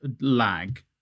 lag